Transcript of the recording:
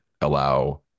allow